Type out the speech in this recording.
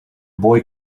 boy